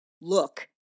look